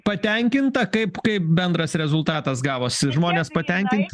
patenkinta kaip kaip bendras rezultatas gavosi žmonės patenkint